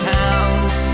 towns